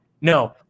No